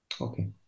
Okay